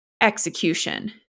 execution